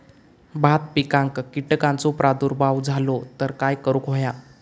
भात पिकांक कीटकांचो प्रादुर्भाव झालो तर काय करूक होया?